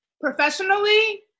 Professionally